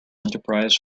enterprise